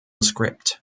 script